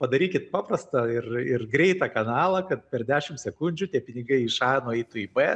padarykit paprastą ir ir greitą kanalą kad per dešim sekundžių tie pinigai iš a nueitų į b